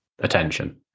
attention